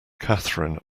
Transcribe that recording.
catherine